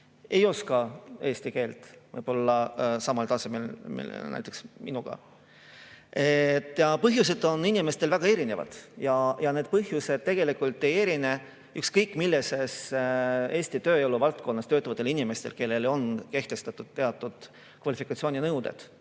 ei oska eesti keelt võib-olla samal tasemel kui näiteks mina. Põhjused on inimestel väga erinevad ja need põhjused tegelikult ei erine ükskõik millises Eesti tööeluvaldkonnas töötavate inimeste põhjustest, kellele on kehtestatud teatud kvalifikatsiooninõuded,